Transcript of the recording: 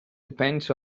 depends